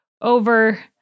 over